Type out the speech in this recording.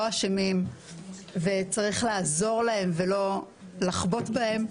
אשמים וצריך לעזור להם ולא לחבוט בהם,